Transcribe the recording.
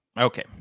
Okay